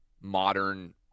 modern